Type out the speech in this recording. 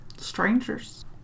Strangers